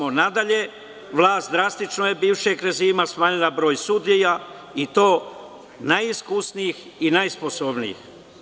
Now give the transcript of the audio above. Osmo nadalje, vlast drastično je bivšeg režima smanjila broj sudija i to najiskusnijih i najsposobnijih.